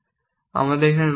আমাদের এখানে নয়টি আছে